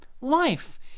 life